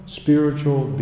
spiritual